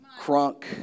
crunk